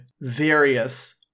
various